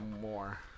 more